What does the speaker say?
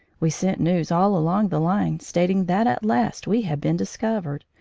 we sent news all along the line stating that at last we had been discovered,